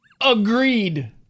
Agreed